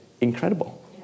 incredible